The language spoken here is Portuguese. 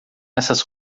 essas